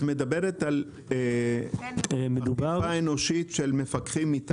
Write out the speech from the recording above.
את מדברת על אכיפה אנושית של מפקחים מטעם המשרד שלכם?